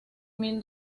mil